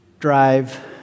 drive